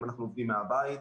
האם אנחנו עובדים מהבית?